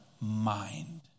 mind